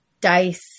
dice